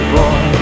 boy